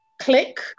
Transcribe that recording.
click